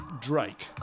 Drake